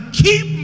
keep